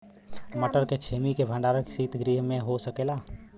मटर के छेमी के भंडारन सितगृह में हो सकेला?